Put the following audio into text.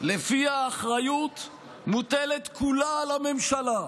שלפיה האחריות מוטלת כולה על הממשלה,